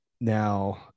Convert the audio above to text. Now